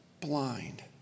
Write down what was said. blind